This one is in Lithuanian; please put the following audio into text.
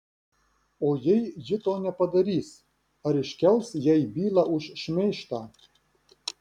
o jei ji to nepadarys ar iškels jai bylą už šmeižtą